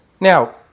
Now